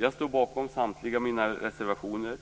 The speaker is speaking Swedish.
Jag står bakom samtliga mina reservationer,